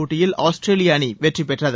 போட்டியில்ஆஸ்திரேலிய அணி வெற்றிபெற்றது